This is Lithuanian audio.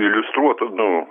iliustruota nu